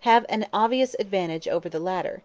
have an obvious advantage over the latter,